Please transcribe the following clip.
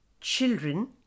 Children